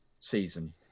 season